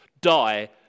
Die